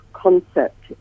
concept